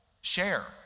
share